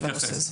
אני אתייחס.